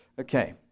Okay